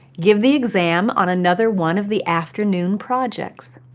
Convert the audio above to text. give the exam on another one of the afternoon projects.